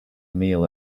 meal